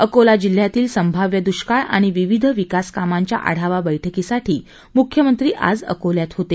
अकोला जिल्ह्यातील संभाव्य दुष्काळ आणि विविध विकास कामांच्या आढावा बैठकीसाठी मुख्यमंत्री आज अकोल्यात होते